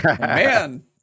Man